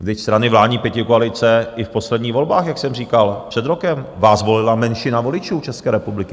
Vždyť strany vládní pětikoalice i v posledních volbách, jak jsem říkal, před rokem, vás volila menšina voličů České republiky.